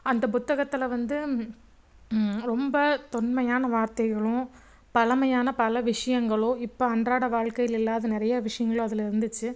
அந்த புத்தகத்தில் வந்து ரொம்ப தொன்மையான வார்த்தைகளும் பழமையான பல விஷயங்களோ இப்போ அன்றாட வாழ்க்கையில் இல்லாத நிறைய விஷயங்களும் அதில் இருந்துச்சு